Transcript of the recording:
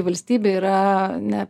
valstybe yra ne